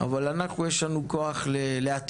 אבל אנחנו יש לנו כוח להתמיד.